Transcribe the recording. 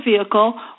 vehicle